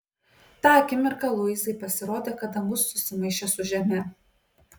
tą akimirką luizai pasirodė kad dangus susimaišė su žeme